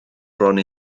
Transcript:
bron